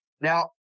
Now